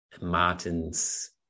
Martin's